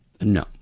No